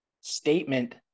statement